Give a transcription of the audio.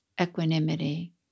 equanimity